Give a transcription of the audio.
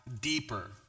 deeper